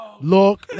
look